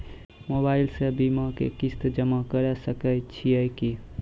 Mobile से भी बीमा के किस्त जमा करै सकैय छियै कि?